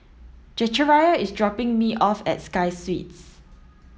Zechariah is dropping me off at Sky Suites